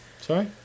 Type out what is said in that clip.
sorry